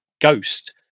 ghost